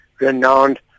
renowned